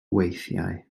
weithiau